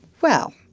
Well